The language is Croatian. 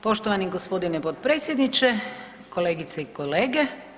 Poštovani g. potpredsjedniče, kolegice i kolege.